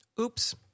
Oops